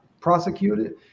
prosecuted